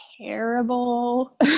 terrible